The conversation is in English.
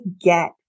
get